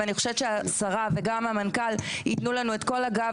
ואני חושבת שגם השרה וגם המנכ"ל ייתנו לנו את כל הגב,